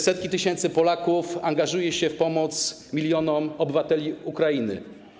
Setki tysięcy Polaków angażują się w pomoc milionom obywateli Ukrainy.